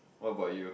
what about you